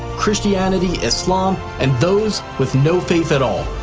christianity, islam, and those with no faith at all.